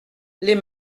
les